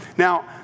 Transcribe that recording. Now